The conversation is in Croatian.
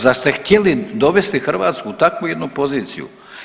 Zar ste htjeli dovesti Hrvatsku u takvu jednu poziciju.